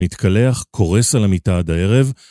מתקלח קורס על המיטה עד הערב